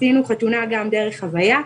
עשינו חתונה גם דרך הויה,